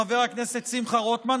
חבר הכנסת שמחה רוטמן,